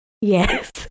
Yes